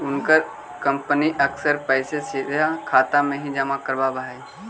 उनकर कंपनी अक्सर पैसे सीधा खाते में ही जमा करवाव हई